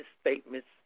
statements